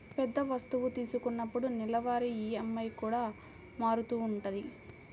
పెద్ద వస్తువు తీసుకున్నప్పుడు నెలవారీ ఈఎంఐ కూడా మారుతూ ఉంటది